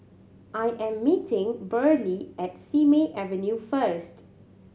I am meeting Burley at Simei Avenue first